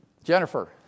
Jennifer